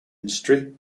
industry